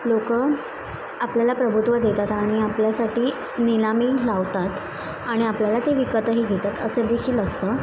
लोक आपल्याला प्रभुत्व देतात आणि आपल्यासाठी निलामी लावतात आणि आपल्याला ते विकतही घेतात असं देखील असतं